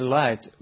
light